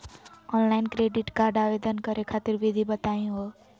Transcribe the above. Online credit card आवेदन करे खातिर विधि बताही हो?